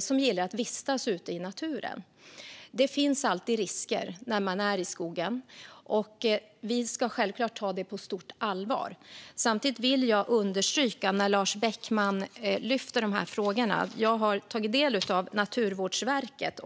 som gillar att vistas ute i naturen. Det finns alltid risker när man är i skogen, och vi ska självklart ta det på stort allvar. Samtidigt vill jag, när Lars Beckman lyfter fram dessa frågor, understryka att jag har tagit del av information från Naturvårdsverket.